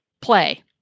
play